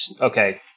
okay